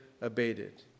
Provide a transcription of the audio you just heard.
abated